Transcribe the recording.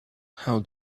how